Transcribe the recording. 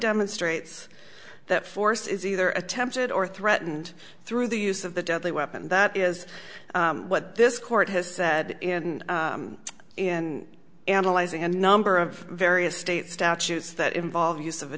demonstrates that force is either attempted or threatened through the use of the deadly weapon that is what this court has said in and analyzing and number of various state statutes that involve use of a